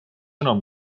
enam